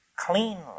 cleanly